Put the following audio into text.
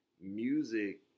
music